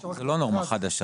זה לא נורמה חדשה.